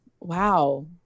wow